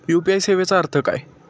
UPI सेवेचा अर्थ काय?